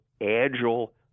agile